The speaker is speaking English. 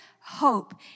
hope